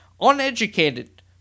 uneducated